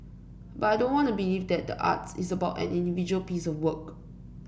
but I don't want to believe that the arts is about an individual piece of work